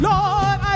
Lord